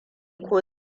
ko